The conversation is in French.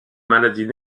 maladies